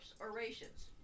orations